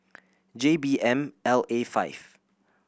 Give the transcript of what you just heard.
J B M L A five